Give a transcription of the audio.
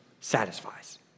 satisfies